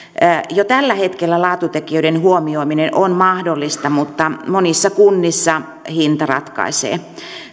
jo tällä hetkellä laatutekijöiden huomioiminen on mahdollista mutta monissa kunnissa hinta ratkaisee